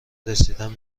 رسیدن